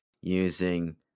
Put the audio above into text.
using